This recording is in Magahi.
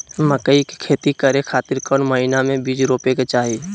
मकई के खेती करें खातिर कौन महीना में बीज रोपे के चाही?